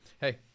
Hey